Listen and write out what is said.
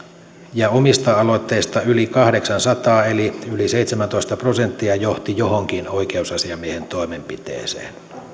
ja omista aloitteista yli kahdeksansataa eli yli seitsemäntoista prosenttia johti johonkin oikeusasiamiehen toimenpiteeseen